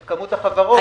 החברות.